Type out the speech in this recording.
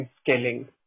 scaling